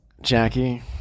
Jackie